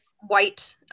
white